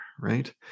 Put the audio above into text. right